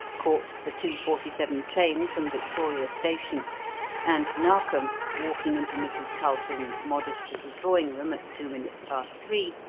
caught the two forty seven train from victoria station and narkom, walking into mrs. culpin's modest little drawing-room at two minutes past three,